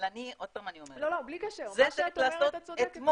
אבל אני עוד פעם אומרת, זה צריך לעשות אתמול.